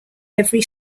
every